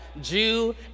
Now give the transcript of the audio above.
Jew